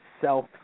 self